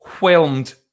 whelmed